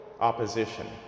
opposition